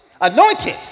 Anointed